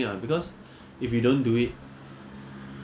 no is the thing is to someone 赢 someone need to 输